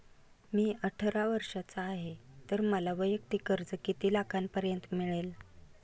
मी अठरा वर्षांचा आहे तर मला वैयक्तिक कर्ज किती लाखांपर्यंत मिळेल?